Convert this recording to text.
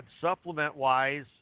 supplement-wise